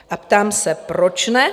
A ptám se: proč ne?